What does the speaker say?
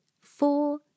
four